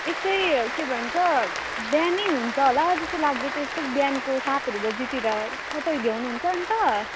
यस्तै के भन्छ बिहानै हुन्छ होला जस्तो लाग्दैछ यस्तै बिहानको सातहरू बजेतिर तपाईँ भ्याउनुहुन्छ अन्त